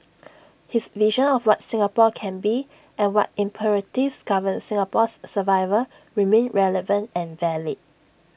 his vision of what Singapore can be and what imperatives govern Singapore's survival remain relevant and valid